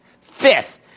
Fifth